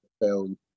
film